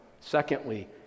Secondly